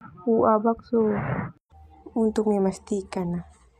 Au ua bakso untuk memastikan.